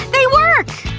they work!